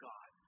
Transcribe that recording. God